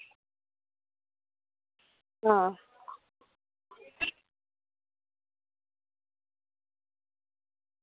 हां